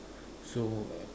so uh